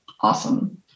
awesome